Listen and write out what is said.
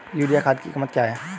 Urea खाद की कीमत क्या है?